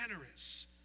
generous